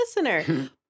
listener